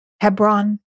Hebron